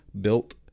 built